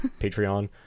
Patreon